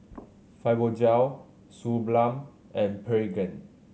Fibogel Suu Balm and Pregain